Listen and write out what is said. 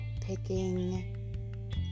picking